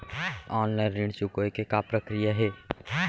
Online ऋण चुकोय के का प्रक्रिया हे?